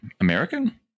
American